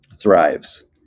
thrives